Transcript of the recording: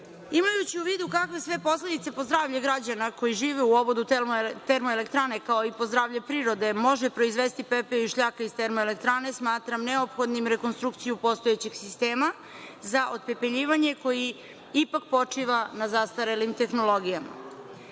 rešenje. Imajući u vidu kakve sve posledice po zdravlje građana koji žive u obodu termoelektrane, kao i po zdravlje prirode može proizvesti pepeo i šljaka iz te termoelektrane, smatram neophodnim rekonstrukciju postojećih sistema za otpepeljivanje koji ipak počiva na zastarelim tehnologijama. Sa